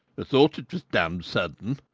thought it was damned sudden